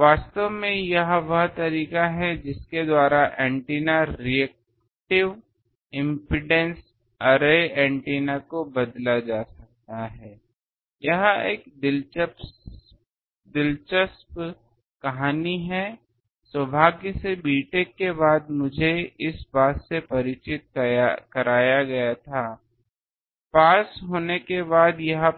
वास्तव में यह वह तरीका है जिसके द्वारा एंटीना रिएक्टिव इम्पीडेन्स अरे एंटीना को बदला जा सकता है यह एक दिलचस्प कहानी है सौभाग्य से BTech के बाद मुझे इस बात से परिचित कराया गया थापास होने के बाद यह